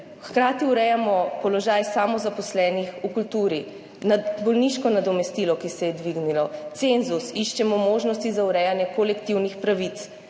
Hkrati urejamo položaj samozaposlenih v kulturi, bolniško nadomestilo, ki se je dvignilo, cenzus, iščemo možnosti za urejanje kolektivnih pravic.